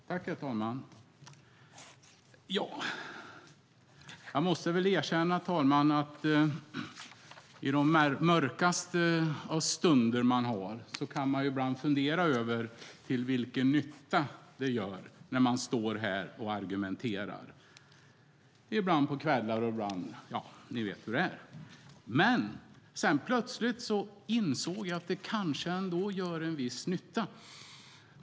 Herr talman! Jag måste väl erkänna att i de mörkaste av stunder man har kan man ibland fundera över vilken nytta det gör när man står i talarstolen och argumenterar, ibland på kvällarna. Ni vet hur det är. Men plötsligt insåg jag att det kanske ändå gör en viss nytta.